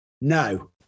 No